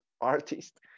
artist